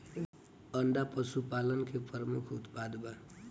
अंडा पशुपालन के प्रमुख उत्पाद बा